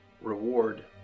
reward